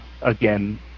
again